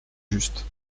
juste